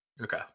Okay